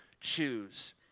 choose